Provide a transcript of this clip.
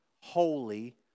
holy